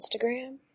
Instagram